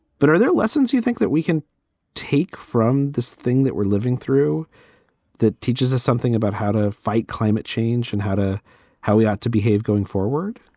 but are there lessons you think that we can take from this thing that we're living through that teaches us something about how to fight climate change and how to how we ought to behave going forward?